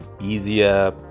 easier